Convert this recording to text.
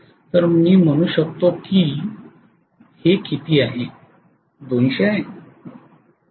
तर मी म्हणू शकतो की हे किती आहे